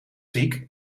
ziek